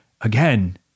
Again